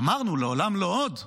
אמרנו "לעולם לא עוד"